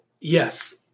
yes